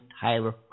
Tyler